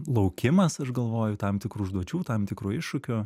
laukimas aš galvoju tam tikrų užduočių tam tikrų iššūkių